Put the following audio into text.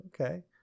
okay